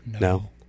No